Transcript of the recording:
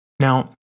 Now